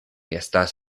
estas